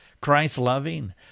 Christ-loving